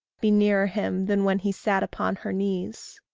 be nearer him than when he sat upon her knees.